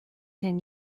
ten